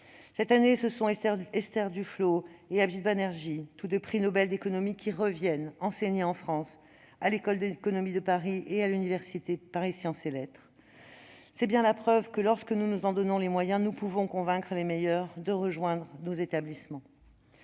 Cette année, ce sont Esther Duflo et Abhijit Banerjee, tous deux prix Nobel d'économie, qui reviennent enseigner en France, à l'École d'économie de Paris et à l'Université Paris Sciences & Lettres. C'est bien la preuve que, lorsque nous nous en donnons les moyens, nous pouvons convaincre les meilleurs de rejoindre nos établissements.